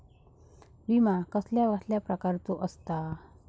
विमा कसल्या कसल्या प्रकारचो असता?